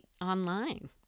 online